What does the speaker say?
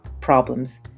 problems